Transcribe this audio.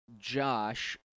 Josh